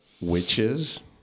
witches